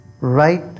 right